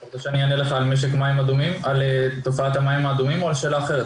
אתה רוצה שאני אענה לך על תופעת המים האדומים או על שאלה אחרת?